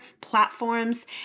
platforms